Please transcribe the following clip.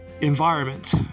environment